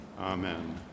Amen